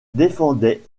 défendait